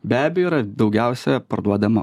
be abejo yra daugiausia parduodama